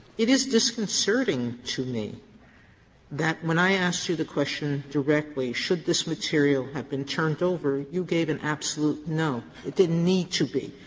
it is disconcerting to me that when i asked you the question directly should this material have been turned over, you gave an absolute no. it didn't need to be.